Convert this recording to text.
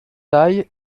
taille